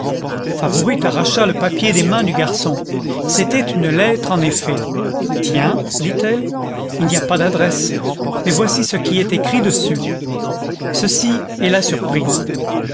favourite arracha le papier des mains du garçon c'était une lettre en effet tiens dit-elle il n'y a pas d'adresse mais voici ce qui est écrit dessus ceci est la surprise